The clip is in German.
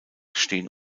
stehen